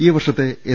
ഈവർഷത്തെ S